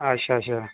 अच्छा अच्छा